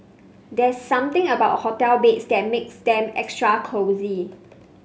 there's something about hotel beds that makes them extra cosy